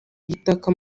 itaka